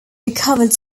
recovered